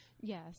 Yes